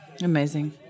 Amazing